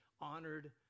honored